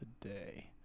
today